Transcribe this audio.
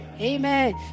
Amen